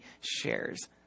shares